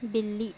بلی